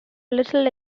little